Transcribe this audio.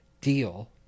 deal